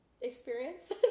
experience